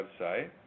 website